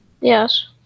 Yes